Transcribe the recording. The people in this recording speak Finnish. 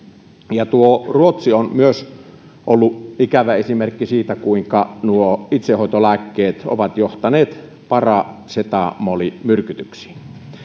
myös ruotsi on ollut ikävä esimerkki siitä kuinka itsehoitolääkkeet ovat johtaneet parasetamolimyrkytyksiin